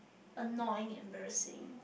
annoying embarrassing